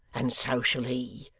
and so shall he,